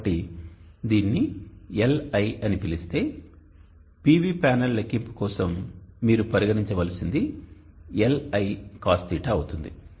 కాబట్టి దీనిని Li అని పిలిస్తేi PV ప్యానెల్ లెక్కింపు కోసం మీరు పరిగణించవలసినది Li cos θ అవుతుంది